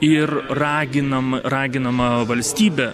ir raginam raginama valstybė